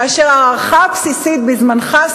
כאשר ההערכה הבסיסית בזמנך,